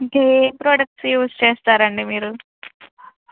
ఇంక ఏ products use చేస్తారండి మీరు